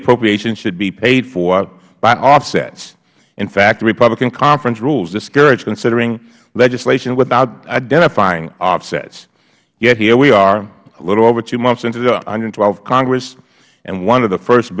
appropriations should be paid for by offsets in fact the republican conference rules discourage considering legislation without identifying offsets yet here we are a little over two months into the th congress and one of the first